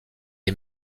est